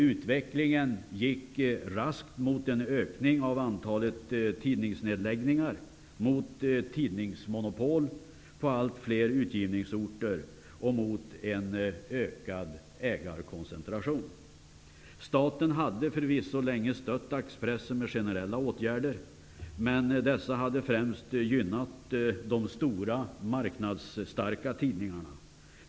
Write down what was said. Utvecklingen gick raskt mot en ökning av antalet tidningsnedläggningar, mot tidningsmonopol på allt fler utgivningsorter och mot en ökad ägarkoncentration. Staten hade förvisso länge stött dagspressen genom generella åtgärder. Men dessa hade främst gynnat de stora marknadsstarka tidningarna.